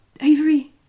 Avery